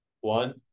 One